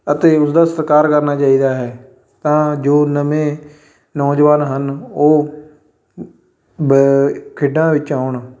ਅਤੇ ਉਸਦਾ ਸਤਿਕਾਰ ਕਰਨਾ ਚਾਹੀਦਾ ਹੈ ਤਾਂ ਜੋ ਨਵੇਂ ਨੌਜਵਾਨ ਹਨ ਉਹ ਬ ਖੇਡਾਂ ਵਿੱਚ ਆਉਣ